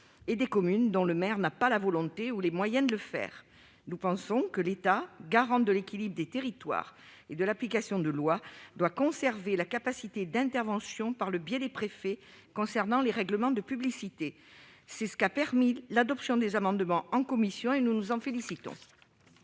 et celles dont le maire n'a pas l'intention ou les moyens de le faire. Nous pensons que l'État, garant de l'équilibre des territoires et de l'application des lois, doit conserver sa capacité d'intervention par le biais des préfets concernant les règlements de publicité : c'est ce qu'a permis l'adoption des amendements en commission et nous nous en félicitons